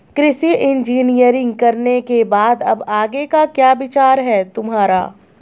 कृषि इंजीनियरिंग करने के बाद अब आगे का क्या विचार है तुम्हारा?